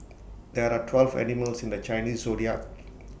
there are twelve animals in the Chinese Zodiac